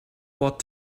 bought